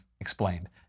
explained